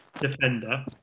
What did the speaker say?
defender